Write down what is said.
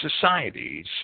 societies